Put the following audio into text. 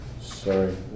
sorry